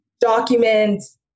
documents